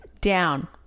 down